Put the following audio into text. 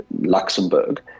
Luxembourg